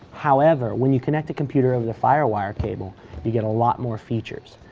however, when you connect a computer over the firewire cable you get a lot more features.